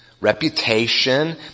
reputation